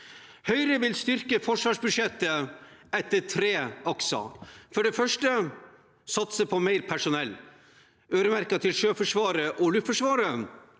Høyre vil styrke forsvarsbudsjettet etter tre akser. For det første vil vi satse på mer personell, øremerket til Sjøforsvaret og Luftforsvaret